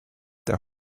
their